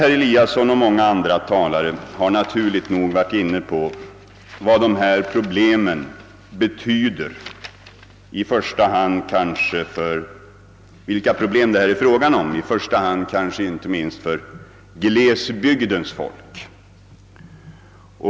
Herr Eliasson och andra talare har naturligt nog varit inne på de problem som härvidlag uppstår och vad dessa problem verkligen betyder, i första hand kanske för glesbygdernas folk.